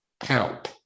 help